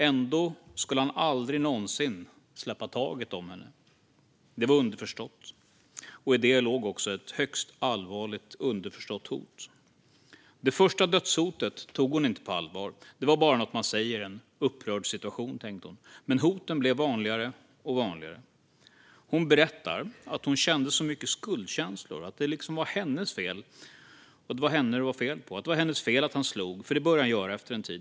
Ändå skulle han aldrig någonsin släppa taget om henne; det var underförstått. I det låg också ett högst allvarligt underförstått hot. Det första dödshotet tog hon inte på allvar - det var bara något man säger i en upprörd situation, tänkte hon. Men hoten blev vanligare och vanligare. Hon berättar att hon kände så mycket skuldkänslor. Hon kände att det var henne det var fel på, att det var hennes fel att han slog, för det började han göra efter en tid.